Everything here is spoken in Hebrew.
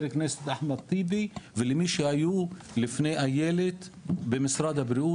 הכנסת אחמד טיבי ולמי שהיו לפני איילת במשרד הבריאות,